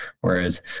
Whereas